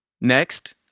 Next